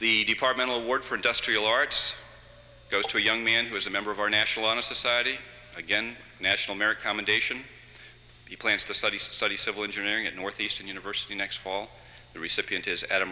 the departmental word for industrial arts goes to a young man who is a member of our national honor society again national merit commendation he plans to study study civil engineering at northeastern university next fall the recipient is adam